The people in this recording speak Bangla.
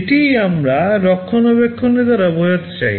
এটিই আমরা রক্ষণাবেক্ষণের দ্বারা বোঝাতে চাই